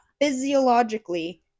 physiologically